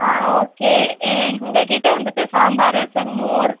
ஆ okay எங்கக்கிட்டே வந்துவிட்டு சாம்பார் ரசம் மோர்